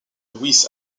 louis